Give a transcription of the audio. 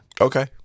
Okay